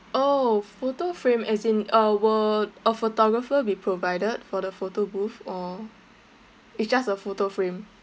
oh photo frame as in uh will a photographer be provided for the photo booth or it's just a photo frame